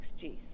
6G